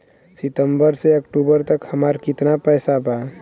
सितंबर से अक्टूबर तक हमार कितना पैसा बा?